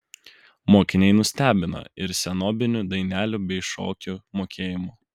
mokiniai nustebino ir senobinių dainelių bei šokių mokėjimu